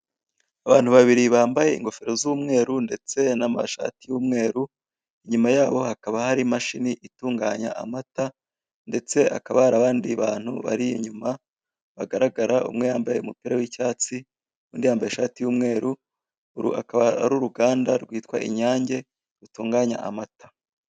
Abantu babiri bambaye ingofero z'umweru ndetse n'amashati y'umweru inyuma yabo hakaba hari imashini itunganya amata ndetse hakaba hari abandi bantu bari inyuma bagaragara umwe yambaye umupira w'icyatsi undi yambaye ishati y'umweru. Uru akaba ari uruganda rwitwa inyange rutunganya amata.